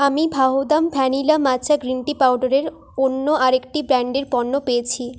আমি Vahdam vanilla matcha green tea পাউডারের অন্য আরেকটি ব্র্যান্ডের পণ্য পেয়েছি